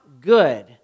good